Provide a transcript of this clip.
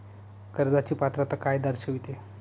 कर्जाची पात्रता काय दर्शविते?